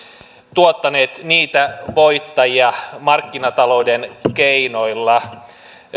tuottaneet niitä voittajia markkinatalouden keinoilla